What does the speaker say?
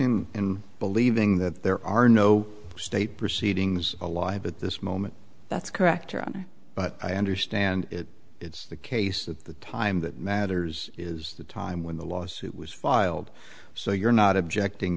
in believing that there are no state proceedings alive at this moment that's correct your honor but i understand it's the case at the time that matters is the time when the lawsuit was filed so you're not objecting